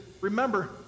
remember